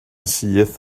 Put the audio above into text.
syth